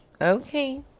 Okay